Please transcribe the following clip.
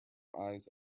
eyes